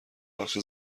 بخش